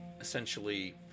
essentially